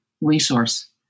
resource